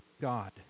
God